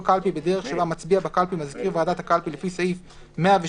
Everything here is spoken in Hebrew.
קלפי בדרך שבה מצביע בקלפי מזכיר ועדת הקלפי לפי סעיף 116יח,